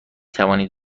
توانید